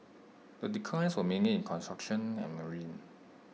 the declines were mainly in construction and marine